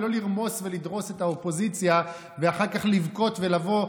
ולא לרמוס ולדרוס את האופוזיציה ואחר כך לבכות ולבוא: